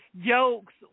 jokes